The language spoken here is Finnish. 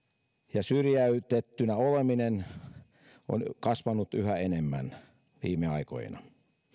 ja syrjäytettynä oleminen ovat kasvaneet yhä enemmän viime aikoina